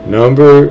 number